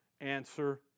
Answer